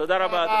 תודה רבה.